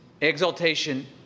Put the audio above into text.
exaltation